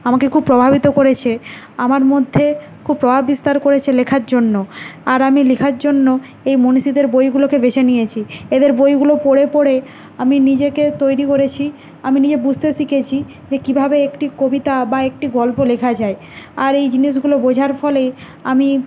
আমাকে খুব প্রভাবিত করেছে আমার মধ্যে খুব প্রভাব বিস্তার করেছে লেখার জন্য আর আমি লিখার জন্য এই মনীষীদের বইগুলোকে বেছে নিয়েছি এদের বইগুলো পড়ে পড়ে আমি নিজেকে তৈরি করেছি আমি নিজে বুঝতে শিখেছি যে কীভাবে একটি কবিতা বা একটি গল্প লেখা যায় আর এই জিনিসগুলো বোঝার ফলেই আমি